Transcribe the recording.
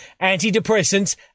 Antidepressants